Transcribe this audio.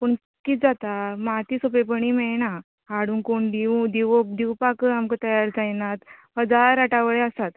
पूण कितें जाता माती सोंपेपणी मेळना हाडून कोण दिवू दिवपाक आमकां तयार जायनात हजार राटावळी आसात